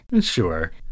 Sure